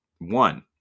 One